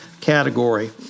category